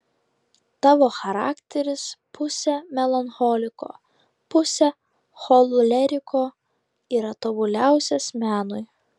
tavo charakteris pusė melancholiko pusė choleriko yra tobuliausias menui